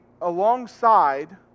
alongside